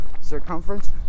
Circumference